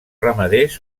ramaders